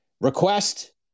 request